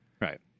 right